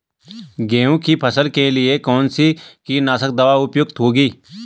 गेहूँ की फसल के लिए कौन सी कीटनाशक दवा उपयुक्त होगी?